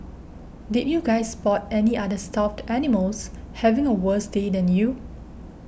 did you guys spot any other stuffed animals having a worse day than you